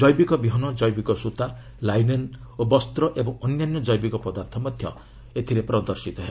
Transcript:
ଜୈବିକ ବିହନ ଜୈବିକ ସ୍ୱତା ଲାଇନେନ୍ ବସ୍ତ ଓ ଅନ୍ୟାନ୍ୟ ଜୈବିକ ପଦାର୍ଥ ମଧ୍ୟ ପ୍ରଦର୍ଶିତ ହେବ